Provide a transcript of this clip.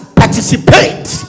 participate